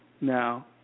now